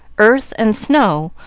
earth, and snow,